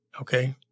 Okay